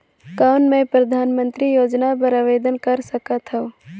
कौन मैं परधानमंतरी योजना बर आवेदन कर सकथव?